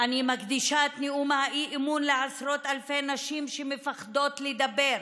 אני מקדישה את נאום האי-אמון לעשרות אלפי נשים שמפחדות לדבר,